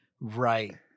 Right